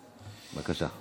בבקשה.